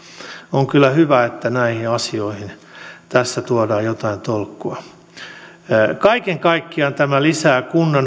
on kyllä hyvä että näihin asioihin tässä tuodaan jotain tolkkua kaiken kaikkiaan tämä lisää kunnan